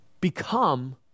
become